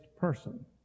person